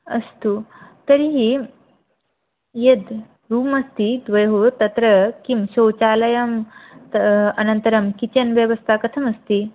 अस्तु तर्हि यद् रूम् अस्ति द्वयोः तत्र किं शौचालयः अनन्तरं किचेन् व्यवस्था कथमस्ति